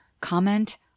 comment